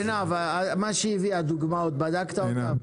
מה שהביאה דוגמאות בדקת אותם?